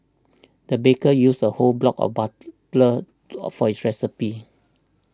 the baker used a whole block of for it's recipe